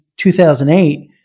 2008